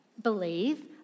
Believe